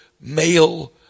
male